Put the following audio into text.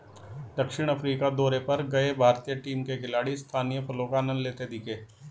दक्षिण अफ्रीका दौरे पर गए भारतीय टीम के खिलाड़ी स्थानीय फलों का आनंद लेते दिखे